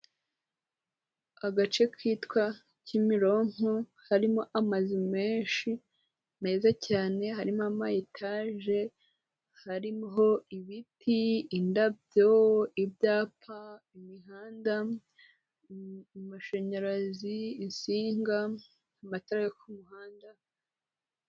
Agace kitwa Kimironko, harimo amazu menshi meza cyane, harimo amayetaje, hariho ibiti, indabyo, ibyapa, imihanda, amashanyarazi, insinga, amatara yo ku muhanda.